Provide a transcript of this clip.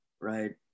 Right